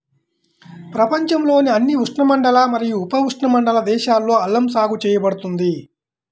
ప్రపంచంలోని అన్ని ఉష్ణమండల మరియు ఉపఉష్ణమండల దేశాలలో అల్లం సాగు చేయబడుతుంది